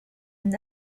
and